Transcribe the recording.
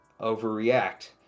overreact